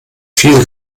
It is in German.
viel